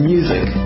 Music